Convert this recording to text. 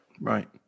Right